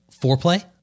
foreplay